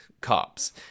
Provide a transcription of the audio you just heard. cops